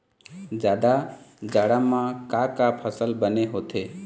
जादा जाड़ा म का का फसल बने होथे?